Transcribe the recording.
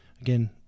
again